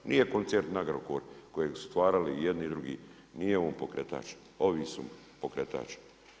Nije koncern Agrokor kojeg su stvarali jedni i drugi, nije on pokretač, oni su pokretač.